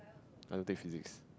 I don't take physics